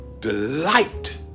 delight